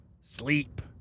sleep